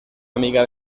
amiga